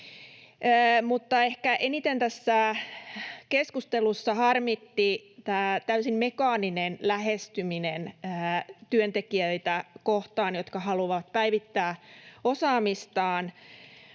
eniten tässä keskustelussa harmitti tämä täysin mekaaninen tapa lähestyä työntekijöitä, jotka haluavat päivittää osaamistaan.